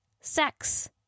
sex